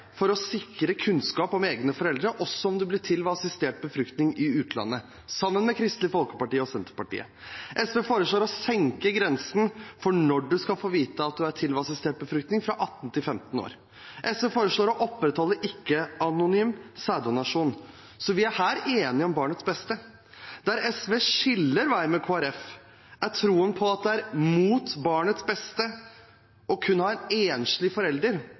for å sikre kunnskap om egne foreldre, også om man blir til ved assistert befruktning i utlandet – sammen med Kristelig Folkeparti og Senterpartiet. SV foreslår å senke grensen for når man skal få vite at man er blitt til ved assistert befruktning, fra 18 til 15 år. SV foreslår å opprettholde ikke-anonym sæddonasjon. Så vi er her enig om barnets beste. Der SVs og Kristelig Folkepartis veier skilles, gjelder troen på at det er mot barnets beste å kunne ha en enslig forelder,